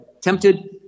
tempted